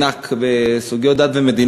הכריזה על רפורמות ענק בסוגיות דת ומדינה,